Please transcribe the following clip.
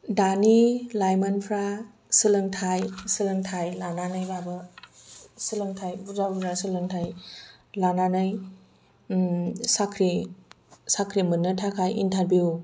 दानि लाइमोनफ्रा सोलोंथाइ सोलोंथाइ लानानैबाबो सोलोंथाइ बुरजा बुरजा सोलोंथाइ लानानै साख्रि साख्रि मोननो थाखाय इनटारभिउ